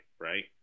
right